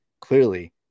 clearly